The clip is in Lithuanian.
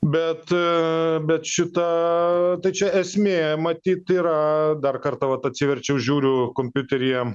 bet bet šita tai čia esmė matyt yra dar kartą vat atsiverčiau žiūriu kompiuteryje